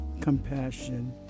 compassion